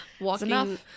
Walking